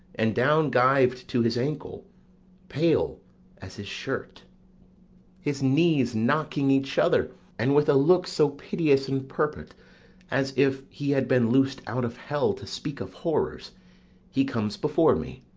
and down-gyved to his ankle pale as his shirt his knees knocking each other and with a look so piteous in purport as if he had been loosed out of hell to speak of horrors he comes before me.